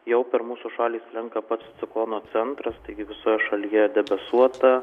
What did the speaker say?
jau per mūsų šalį slenka pats ciklono centras taigi visoje šalyje debesuota